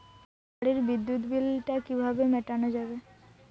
বাড়ির বিদ্যুৎ বিল টা কিভাবে মেটানো যাবে?